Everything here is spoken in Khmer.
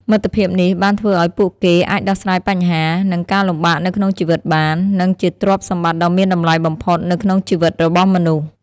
មិត្តភាពនេះបានធ្វើឲ្យពួកគេអាចដោះស្រាយបញ្ហា និងការលំបាកនៅក្នុងជីវិតបាន និង វជាទ្រព្យសម្បត្តិដ៏មានតម្លៃបំផុតនៅក្នុងជីវិតរបស់មនុស្ស។